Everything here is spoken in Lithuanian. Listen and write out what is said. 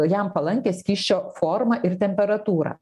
jam palankią skysčio formą ir temperatūrą